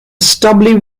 stubby